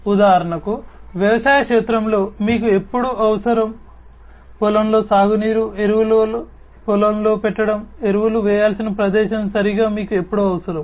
ఉదాహరణకు వ్యవసాయ క్షేత్రంలో మీకు ఎప్పుడు అవసరం పొలంలో సాగునీరు ఎరువులు పొలంలో పెట్టడం ఎరువులు వేయాల్సిన ప్రదేశం సరిగ్గా మీకు ఎప్పుడు అవసరం